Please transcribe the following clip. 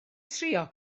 trio